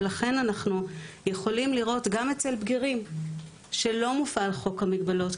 ולכן אנחנו יכולים לראות גם אצל בגירים שלא מופעל חוק המגבלות,